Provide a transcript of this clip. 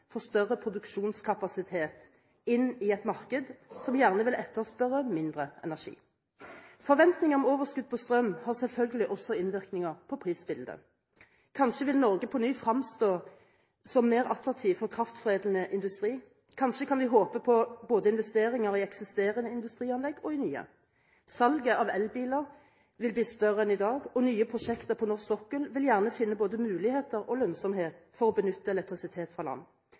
får større produksjonskapasitet inn i et marked som gjerne vil etterspørre mindre energi. Forventninger om overskudd på strøm har selvfølgelig også innvirkning på prisbildet. Kanskje vil Norge på ny fremstå som mer attraktiv for kraftforedlende industri. Kanskje kan vi håpe på investeringer både i eksisterende industrianlegg og i nye. Salget av elbiler vil bli større enn i dag, og nye prosjekter på norsk sokkel vil gjerne finne både muligheter og lønnsomhet for å benytte elektrisitet fra land.